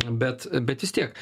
bet bet vis tiek